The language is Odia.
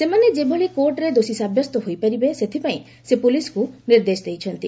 ସେମାନେ ଯେଭଳି କୋର୍ଟରେ ଦୋଷୀ ସାବ୍ୟସ୍ତ ହୋଇପାରିବେ ସେଥିପାଇଁ ସେ ପୋଲିସ୍କୁ ନିର୍ଦ୍ଦେଶ ଦେଇଛନ୍ତି